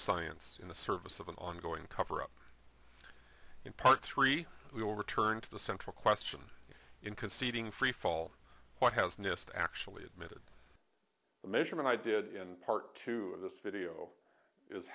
science in the service of an ongoing cover up in part three we will return to the central question in conceding freefall what has nist actually admitted the measurement i did in part two of this video is